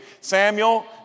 Samuel